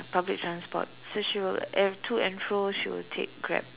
public transport so she'll and to and through she'll take Grab